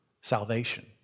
salvation